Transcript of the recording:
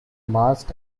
mast